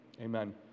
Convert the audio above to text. Amen